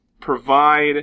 provide